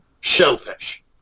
Shellfish